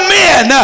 men